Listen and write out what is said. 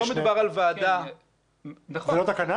בסופו של דבר לא מדובר על ועדה --- זו לא תקנה?